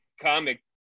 comic